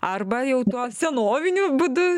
arba jau tuo senoviniu būdu